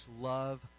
love